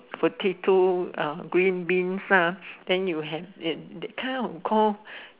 potato green beans lah then you have that kind of call